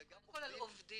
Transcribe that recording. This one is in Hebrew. עובדים --- קודם כל על עובדים.